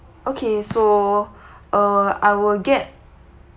okay so uh I will get